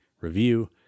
review